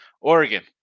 Oregon